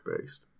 based